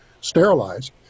sterilized